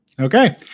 okay